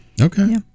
Okay